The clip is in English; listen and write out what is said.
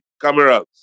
cameras